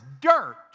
dirt